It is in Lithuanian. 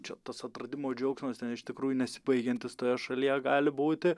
čia tas atradimo džiaugsmas ten iš tikrųjų nesibaigiantis toje šalyje gali būti